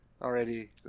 already